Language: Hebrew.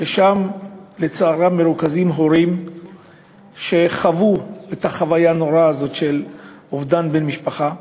ששם לצערם מרוכזים הורים שחוו את החוויה הנוראה הזאת של אובדן בן משפחה.